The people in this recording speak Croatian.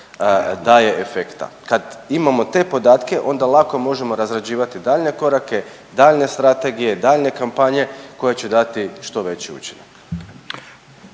daje efekta. Kad imamo te podatke onda lako možemo razrađivati daljnje korake, daljnje strategije i daljnje kampanje koje će dati što veći učinak.